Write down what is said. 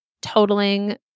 totaling